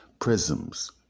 Prisms